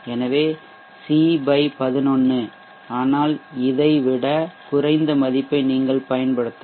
எனவே C 11 ஆனால் இதை விட குறைந்த மதிப்பை நீங்கள் பயன்படுத்தலாம்